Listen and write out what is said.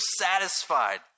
satisfied